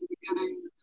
beginning